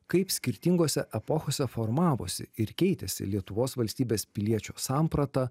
kaip skirtingose epochose formavosi ir keitėsi lietuvos valstybės piliečio samprata